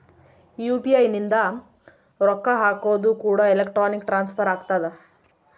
UPI ಇಂದ ರೊಕ್ಕ ಹಕೋದು ಕೂಡ ಎಲೆಕ್ಟ್ರಾನಿಕ್ ಟ್ರಾನ್ಸ್ಫರ್ ಆಗ್ತದ